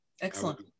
excellent